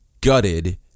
gutted